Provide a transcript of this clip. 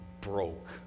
broke